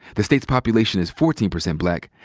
the state's population is fourteen percent black.